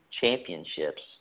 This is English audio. championships